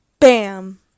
Bam